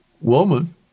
woman